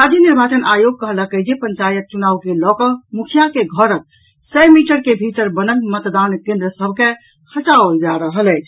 राज्य निर्वाचन आयोग कहलक अछि जे पंचायत चुनाव के लऽकऽ मुखिया के घरक सय मीटर के भीतर बनल मतदान केन्द्र सभ के हटाओल जा रहल अछि